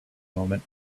moment